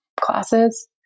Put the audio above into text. classes